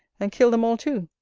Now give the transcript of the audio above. and kill them all too.